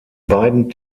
beiden